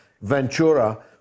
Ventura